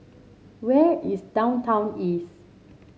where is Downtown East